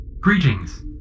Greetings